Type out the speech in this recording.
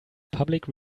public